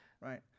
Right